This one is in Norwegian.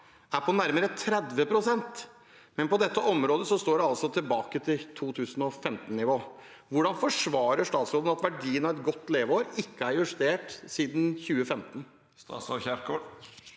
er på nærmere 30 pst., men på dette området er man altså tilbake på 2015-nivå. Hvordan forsvarer statsråden at verdien av et godt leveår ikke er justert siden 2015? Statsråd Ingvild